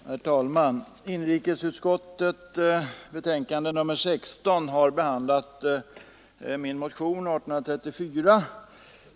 Herr talman! Inrikesutskottet behandlar i sitt betänkande nr 16 min motion nr 1834.